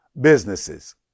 businesses